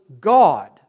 God